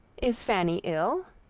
is fanny ill?